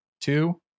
two